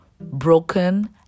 broken